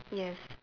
yes